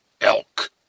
Elk